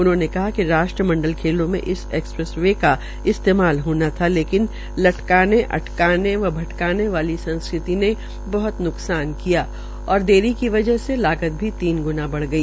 उन्होंने कहा कि राष्ट्रमंडल खेलों में इस एक्सप्रेस वे का इस्तेमाल होना था लेकिन लटकाने अटकाने व भटकाने वाली सांस्कृति ने बहत न्कसान किया और देरी की वजह से लागत तीन ग्णा बढ़ गई